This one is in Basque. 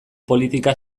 politika